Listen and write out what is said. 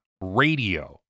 radio